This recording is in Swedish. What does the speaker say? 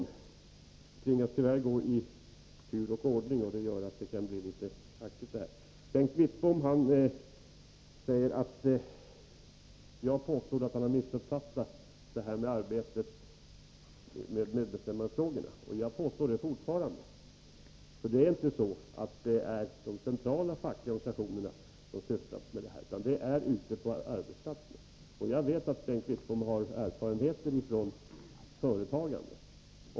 Jag tvingas tyvärr ta talarna i tur och ordning, vilket gör att det kan bli litet hackigt. Enligt Bengt Wittbom påstod jag att han hade missuppfattat hur arbetet med medbestämmandefrågorna går till. Det påstår jag fortfarande. Det är inte de centrala fackliga organisationerna som sysslar med dessa frågor, utan det gör man ute på arbetsplatserna. Jag vet att Bengt Wittbom har erfarenheter av företagande.